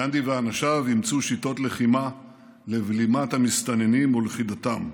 גנדי ואנשיו אימצו שיטות לחימה לבלימת המסתננים ולכידתם.